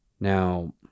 Now